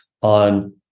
on